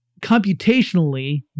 computationally